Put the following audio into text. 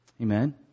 Amen